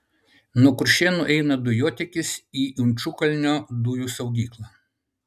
nuo kuršėnų eina dujotiekis į inčukalnio dujų saugyklą